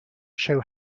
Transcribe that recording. show